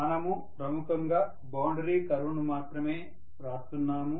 మనము ప్రముఖంగా boundary curves ను మాత్రమే వ్రాస్తున్నాము